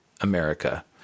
America